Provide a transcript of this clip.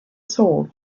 sold